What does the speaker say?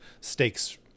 stakes